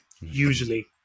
usually